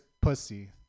pussy